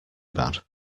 bad